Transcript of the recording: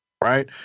Right